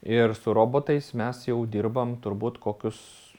ir su robotais mes jau dirbam turbūt kokius